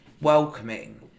welcoming